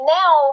now